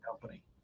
company